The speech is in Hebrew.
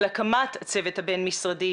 על הקמת הצוות הבין משרדי,